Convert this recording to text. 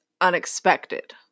Unexpected